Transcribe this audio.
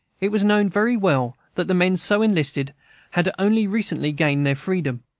it was known very well that the men so enlisted had only recently gained their freedom.